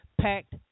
packed